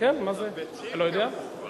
כולם